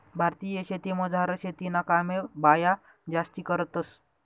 भारतीय शेतीमझार शेतीना कामे बाया जास्ती करतंस